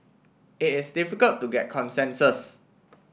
it is difficult to get consensus